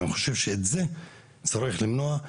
אני חושב שאת זה צריך למנוע,